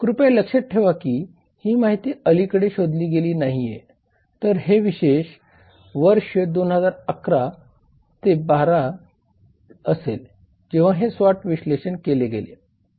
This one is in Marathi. कृपया लक्षात ठेवा की ही माहिती अलीकडे शोधली गेली नाहीये तर हे विशेष वर्ष 2011 किंवा 12 असेल जेव्हा हे SWOT विश्लेषण केले गेले